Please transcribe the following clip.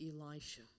Elisha